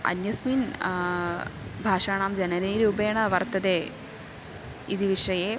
अन्यस्मिन् भाषाणां जननीरूपेण वर्तते इति विषये